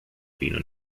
pino